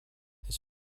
his